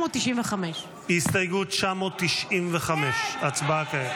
995. הסתייגות 995, הצבעה כעת.